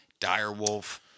Direwolf